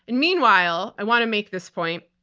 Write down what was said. and meanwhile, i want to make this point.